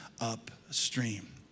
upstream